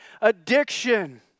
addiction